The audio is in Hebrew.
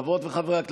חברות וחברי הכנסת,